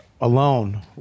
alone